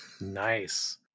Nice